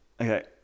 Okay